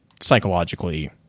psychologically